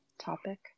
topic